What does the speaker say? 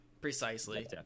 precisely